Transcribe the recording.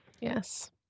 Yes